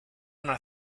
una